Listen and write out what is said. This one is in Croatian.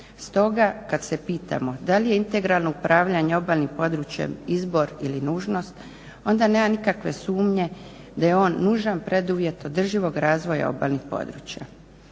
Stoga kad se pitamo da li je integralno upravljanje obalnim područjem izbor ili nužnost onda nema nikakve sumnje da je on nužan preduvjet održivog razvoja obalnih područja.